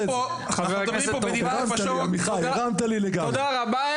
תודה רבה,